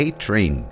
A-train